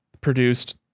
produced